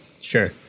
Sure